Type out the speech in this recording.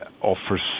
offers